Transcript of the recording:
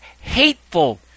hateful